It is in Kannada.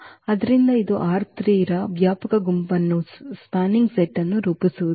ಆದ್ದರಿಂದ ಇದು ರ ವ್ಯಾಪಕ ಗುಂಪನ್ನು ರೂಪಿಸುವುದಿಲ್ಲ